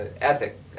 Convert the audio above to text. ethic